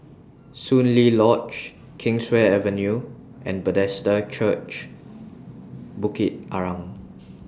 Soon Lee Lodge Kingswear Avenue and Bethesda Church Bukit Arang